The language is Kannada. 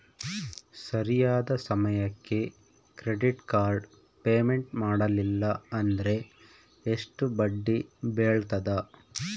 ಸರಿಯಾದ ಸಮಯಕ್ಕೆ ಕ್ರೆಡಿಟ್ ಕಾರ್ಡ್ ಪೇಮೆಂಟ್ ಮಾಡಲಿಲ್ಲ ಅಂದ್ರೆ ಎಷ್ಟು ಬಡ್ಡಿ ಬೇಳ್ತದ?